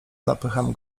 napycham